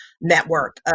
network